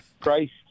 Christ